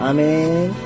Amen